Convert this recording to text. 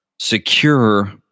secure